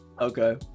okay